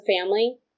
family